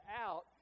out